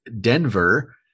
Denver